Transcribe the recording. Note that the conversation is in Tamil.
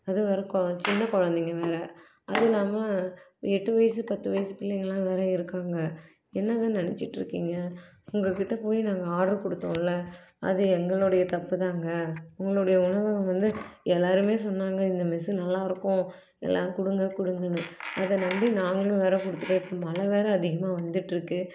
அதுவும் வேறே கொ சின்ன குழந்தைங்க வேறே அதெல்லாம எட்டு வயசு பத்து வயசு பிள்ளைங்கலாம் வேறே இருக்காங்க என்ன தான் நினச்சிட்ருக்கீங்க உங்கக்கிட்ட போய் நாங்கள் ஆர்டர் கொடுத்தோல்ல அது எங்களுடைய தப்பு தாங்க உங்களுடைய உணவை வந்து எல்லாரும் சொன்னாங்க இந்த மெஸ்ஸு நல்லாயிருக்கும் எல்லாம் கொடுங்க கொடுங்கன்னு அதை நம்பி நாங்களும் வேறே கொடுத்துட்டோம் இப்போ மழை வேறே அதிகமாக வந்துட்டுருக்கு